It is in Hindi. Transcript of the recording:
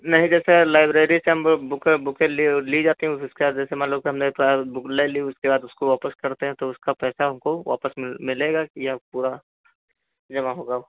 नहीं जैसे लाइब्रेरी से हम वो बुकें बुकें ली और ली जाती हों उसके बाद जैसे मान लो कि हमने बुक ले ली उसके बाद उसको वापस करते हैं तो उसका पैसा हमको वापस मिल मिलेगा कि या पूरा जमा होगा